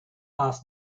has